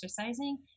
exercising